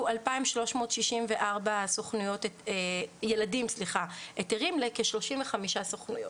2,364 ילדים היתרים לכ-35 סוכנויות.